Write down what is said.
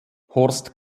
horst